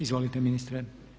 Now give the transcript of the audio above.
Izvolite ministre.